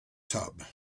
tub